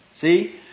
See